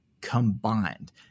combined